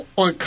on